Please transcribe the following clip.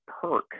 perk